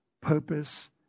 purpose